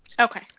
Okay